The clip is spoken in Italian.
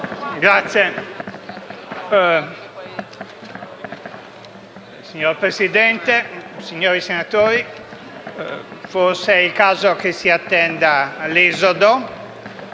MPL))*. Signora Presidente, signori senatori, forse è il caso che si attenda l'esodo